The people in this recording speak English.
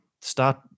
start